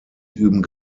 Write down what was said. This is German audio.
üben